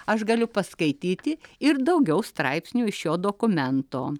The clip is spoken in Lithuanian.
aš galiu paskaityti ir daugiau straipsnių iš šio dokumento